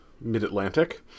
mid-atlantic